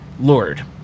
Lord